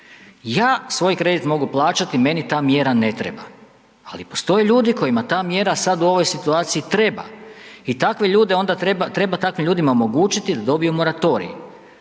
Ja svoj kredit mogu plaćati, meni ta mjera ne treba, ali postoje ljudi kojima ta mjera sad u ovoj situaciji treba i takve ljude onda treba, treba takvim ljudima omogućiti da dobiju moratorij.